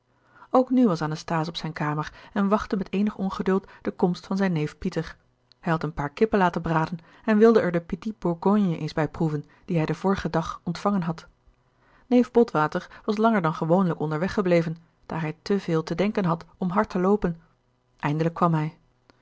ook nu was anasthase op zijne kamer en wachtte met eenig ongeduld de komst van zijn neef pieter hij had een paar kippen laten braden en wilde er den petit bourgogne eens bij proeven dien hij den vorigen dag ontvangen had neef bot water was langer dan gewoonlijk onderweg gebleven daar hij te veel te denken had om hard te loopen eindelijk kwam hij